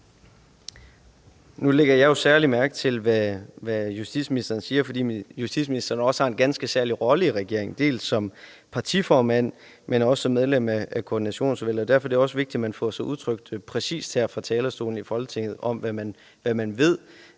Nu lægger jeg særlig mærke til, hvad justitsministeren siger, fordi justitsministeren har en ganske særlig rolle i regeringen, både som partiformand, men også som medlem af koordinationsudvalget. Og derfor er det også vigtigt, at man får udtrykt sig præcist fra talerstolen i Folketinget om, hvad man ved